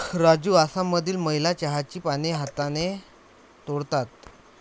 राजू आसाममधील महिला चहाची पाने हाताने तोडतात